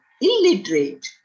illiterate